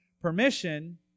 permission